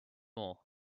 more